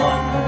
One